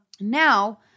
Now